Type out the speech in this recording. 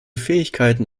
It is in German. fähigkeiten